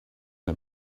and